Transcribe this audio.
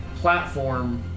platform